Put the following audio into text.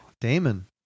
damon